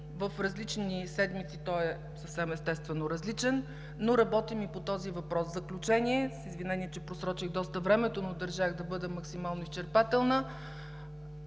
В различни седмици той съвсем естествено е различен, но работим и по този въпрос. В заключение, с извинение, че просрочих доста времето, но държах да бъда максимално изчерпателна,